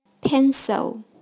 Pencil